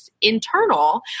internal